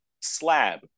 SLAB